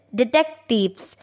detectives